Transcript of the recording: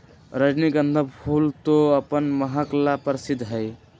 रजनीगंधा फूल तो अपन महक ला प्रसिद्ध हई